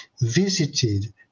visited